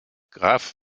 graf